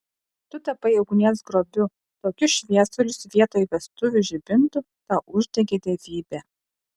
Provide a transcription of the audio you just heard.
tu tapai ugnies grobiu tokius šviesulius vietoj vestuvių žibintų tau uždegė dievybė